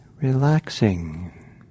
Relaxing